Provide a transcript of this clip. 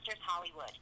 Hollywood